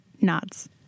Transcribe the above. nods